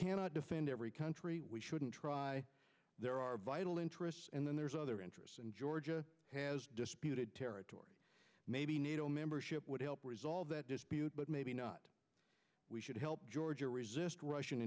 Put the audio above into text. cannot defend every country we shouldn't try there are vital interests and then there's other interests and georgia has disputed territory maybe nato membership would help resolve that dispute but maybe not we should help georgia resist russian